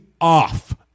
off